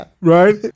Right